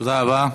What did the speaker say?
תודה רבה.